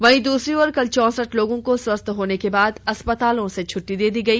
वहीं दूसरी ओर कल चौंसठ लोगों को स्वस्थ होने के बाद अस्पतालों से छुट्टी दे दी गई